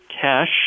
cash